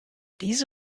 diese